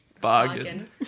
Bargain